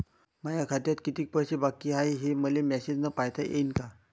माया खात्यात कितीक पैसे बाकी हाय, हे मले मॅसेजन पायता येईन का?